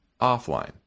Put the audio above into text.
offline